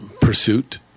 pursuit